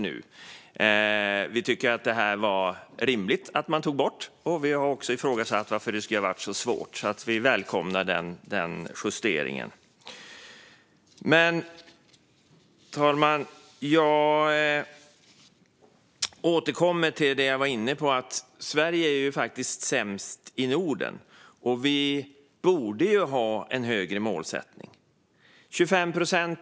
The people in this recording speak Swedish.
Vi tycker att det var rimligt att man tog bort det här, och vi har också ifrågasatt varför det skulle ha varit så svårt. Vi välkomnar alltså justeringen. Herr talman! Låt mig återkomma till det jag var inne på tidigare. Sverige är sämst i Norden. Vi borde ha en högre målsättning.